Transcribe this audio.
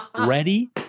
ready